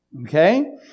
Okay